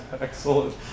Excellent